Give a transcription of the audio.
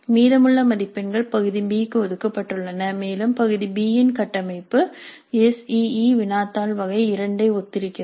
மீதமுள்ள மதிப்பெண்கள் பகுதி B க்கு ஒதுக்கப்பட்டுள்ளன மேலும் பகுதி B இன் கட்டமைப்பு எஸ் இ இ வினாத்தாள் வகை 2 ஐ ஒத்திருக்கிறது